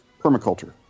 permaculture